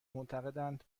معتقدند